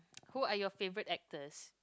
who are your favorite actors